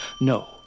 No